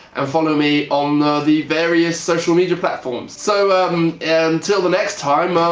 and follow me on the various social media platforms. so um and until the next time um